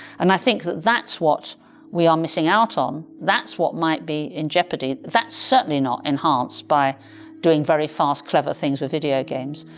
and i think that that's what we are missing out on, um that's what might be in jeopardy, that's certainly not enhanced by doing very fast clever things with videogames,